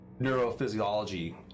neurophysiology